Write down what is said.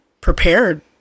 prepared